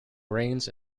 grains